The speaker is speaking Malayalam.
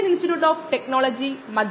പ്രഭാഷണ 8 ൽ നമ്മൾ പ്രാക്ടീസ് പ്രോബ്ലം 2